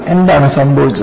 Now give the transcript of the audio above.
എന്താണ് സംഭവിച്ചത്